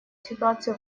ситуации